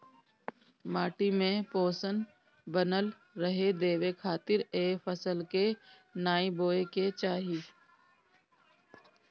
माटी में पोषण बनल रहे देवे खातिर ए फसल के नाइ बोए के चाही